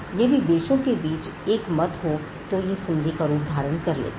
यदि देशों के बीच में एक मत हो तो यह संधि का रूप ले लेती है